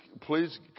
please